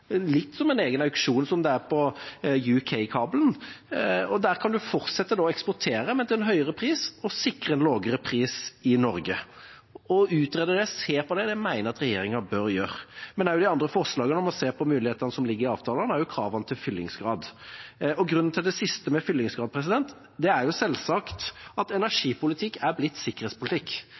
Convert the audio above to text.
litt som en egen auksjon, slik det er på Storbritannia-kabelen – og der kan man fortsette å eksportere, men til en høyere pris, og sikre en lavere pris i Norge. Å utrede det og se på det mener jeg at regjeringen bør gjøre, men det gjelder også de andre forslagene om å se på mulighetene som ligger i avtalene og kravene til fyllingsgrad. Grunnen til det siste med fyllingsgrad er selvsagt at energipolitikk er blitt sikkerhetspolitikk.